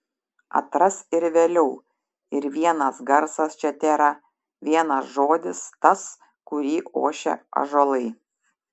atras ir vėliau ir vienas garsas čia tėra vienas žodis tas kurį ošia ąžuolai